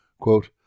Quote